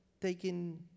taking